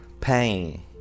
pain